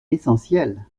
essentiel